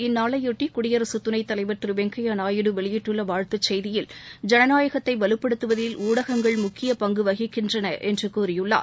இந்நாளையொட்டிகுடியரசுதுணைத்தலைவர் திருவெங்கையாநாயுடு வெளியிட்டுள்ளவாழ்த்துச் செய்தியில் ஜனநாயகத்தைவலுப்படுத்துவதில் ஊடகங்கள் முக்கியபங்குவகிக்கின்றனஎன்றுகூறியுள்ளார்